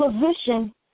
position